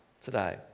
today